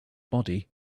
body